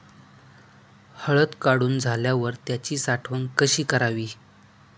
हळद काढून झाल्यावर त्याची साठवण कशी करावी?